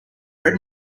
red